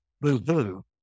boo-boo